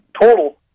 total